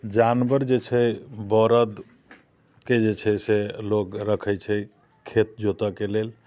जानवर जे छै बड़दके जे छै से लोक रखै छै खेत जोतयके लेल